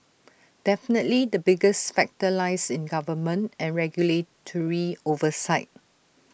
definitely the biggest factor lies in government and regulatory oversight